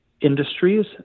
industries